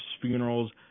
funerals